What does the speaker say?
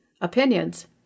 opinions